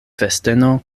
festeno